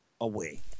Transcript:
away